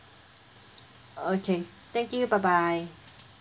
okay thank you bye bye